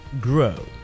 grow